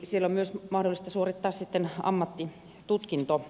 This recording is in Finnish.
siellä on mahdollista suorittaa myös ammattitutkinto